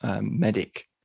medic